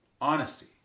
honesty